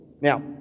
Now